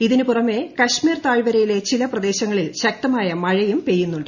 ഇതിനു പുറമെ കാശ്മീർ താഴ്വരയിലെ ചില പ്രദേശങ്ങളിൽ ശക്തമായ മഴയും പെയ്യുന്നുണ്ട്